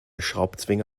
schraubzwinge